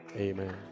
Amen